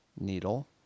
needle